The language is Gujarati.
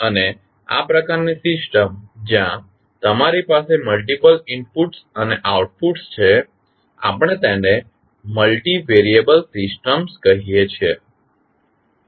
અને આ પ્રકારની સિસ્ટમ જ્યાં તમારી પાસે મલ્ટિપલ ઇનપુટ્સ અને આઉટપુટ્સ છે આપણે તેને મલ્ટિવેરિયેબલ સિસ્ટમ્સ કહીએ છીએ